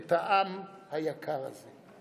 את העם היקר הזה.